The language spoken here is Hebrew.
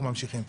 אנחנו ממשיכים.